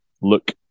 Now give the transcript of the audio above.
look